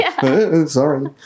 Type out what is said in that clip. sorry